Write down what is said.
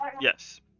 Yes